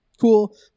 Cool